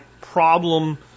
problem